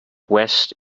west